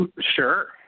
Sure